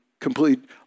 completely